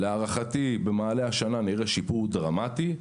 להערכתי במעלה השנה נראה שיפור דרמטי.